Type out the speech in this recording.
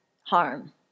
harm